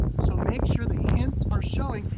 so make sure the hints are showing.